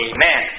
Amen